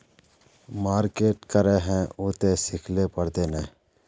Market करे है उ ते सिखले पड़ते नय?